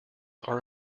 are